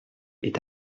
est